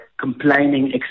complaining